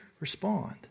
respond